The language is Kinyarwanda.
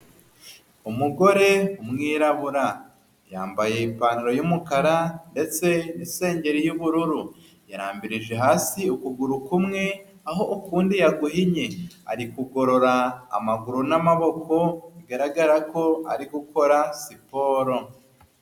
uUmugore w'umwirabura yambaye ipantaro y'umukara ndetse n'isegyeri y'ubururu yarambirije hasi ukuguru kumwe aho ukundi yaguhinnye ari kugorora amaguru n'amaboko bigaragara ko ari gukora siporo.